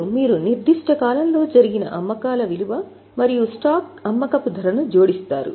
ఇప్పుడు మీరు నిర్దిష్ట కాలంలో జరిగిన అమ్మకాలు విలువ మరియు స్టాక్ అమ్మకపు ధరలను జోడిస్తారు